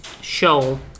show